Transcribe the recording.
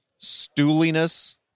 stooliness